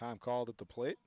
time called at the plate